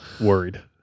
worried